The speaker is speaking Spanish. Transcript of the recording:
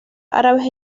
árabes